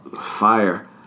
Fire